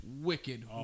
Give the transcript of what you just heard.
Wicked